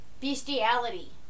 Bestiality